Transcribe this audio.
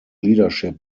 leadership